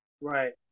Right